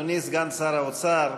אדוני סגן שר האוצר,